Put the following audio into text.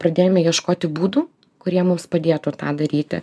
pradėjome ieškoti būdų kurie mums padėtų tą daryti